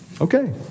Okay